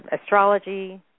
astrology